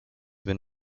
been